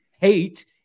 hate